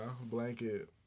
Blanket